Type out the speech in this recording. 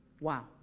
Wow